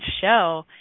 show